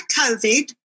COVID